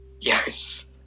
Yes